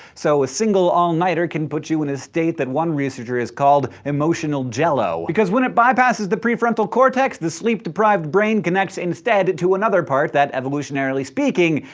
so a single all nighter can put you in a state that one researcher has called emotional jell-o because when it bypasses the prefrontal cortex the sleep-deprived brain connects instead to another part that, evolutionarily speaking,